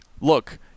look